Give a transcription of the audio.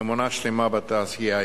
אמונה שלמה בתעשייה הישראלית.